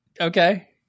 Okay